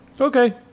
Okay